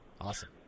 Awesome